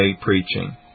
preaching